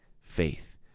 faith